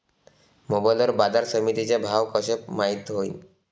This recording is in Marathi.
मोबाईल वर बाजारसमिती चे भाव कशे माईत होईन?